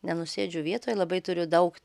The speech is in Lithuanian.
nenusėdžiu vietoj labai turiu daug